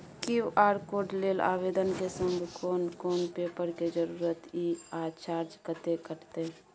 QR code लेल आवेदन के संग कोन कोन पेपर के जरूरत इ आ चार्ज कत्ते कटते?